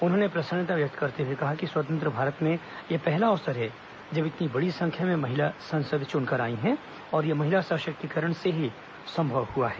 उन्होंने प्रसन्नता व्यक्त करते हुए कहा कि स्वतंत्र भारत में यह पहला अवसर है जब इतनी बड़ी संख्या में महिला सांसद चुनकर आई हैं और ये महिला सशक्तिकरण से ही संभव हुआ है